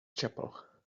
chapel